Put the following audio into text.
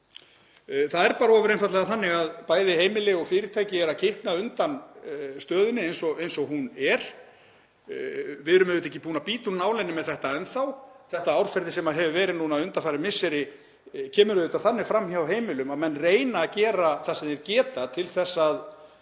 Það er ofur einfaldlega þannig að bæði heimili og fyrirtæki eru að kikna undan stöðunni eins og hún er. Við erum ekki búin að bíta úr nálinni með þetta enn þá. Þetta árferði sem hefur verið núna undanfarin misseri kemur þannig fram hjá heimilum að menn reyna að gera það sem þeir geta til að